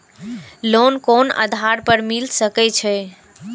Loan कोन आधार पर मिल सके छे?